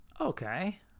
okay